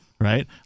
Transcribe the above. right